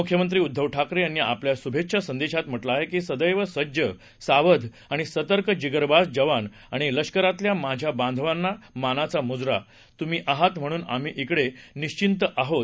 मुख्यमंत्री उद्दव ठाकरे यांनी आपल्या शुभेच्छा संदेशात म्हटलं आहे की सदैव सज्ज सावध आणि सतर्क जिगरबाज जवान आणि लष्करातल्या माझ्या बांधवांना मानाचा मुजरा तुम्ही आहात म्हणून आम्ही इकडे निश्विंत आहोत